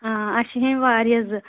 آ اَسہِ چھِ ہیٚنۍ واریاہ زٕ